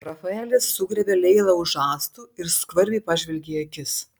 rafaelis sugriebė leilą už žastų ir skvarbiai pažvelgė į akis